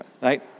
Right